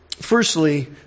firstly